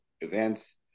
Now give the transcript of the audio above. events